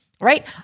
right